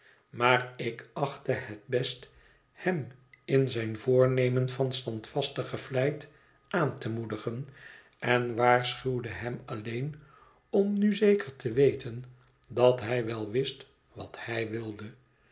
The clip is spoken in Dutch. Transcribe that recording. maar ik achtte het best hem in zijn voornemen van standvastige vlijt aan te moedigen en waarschuwde hem alleen om nu zeker te wezen dat hij wel wist wat hij wilde